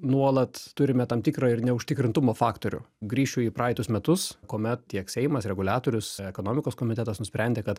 nuolat turime tam tikrą ir neužtikrintumo faktorių grįšiu į praeitus metus kuomet tiek seimas reguliatorius ekonomikos komitetas nusprendė kad